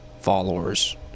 followers